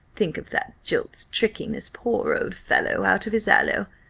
think of that jilt's tricking this poor old fellow out of his aloe,